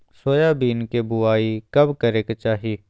Soybean के बुआई कब करे के चाहि?